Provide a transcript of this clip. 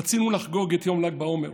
רצינו לחגוג את יום ל"ג בעומר,